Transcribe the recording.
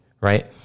Right